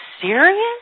serious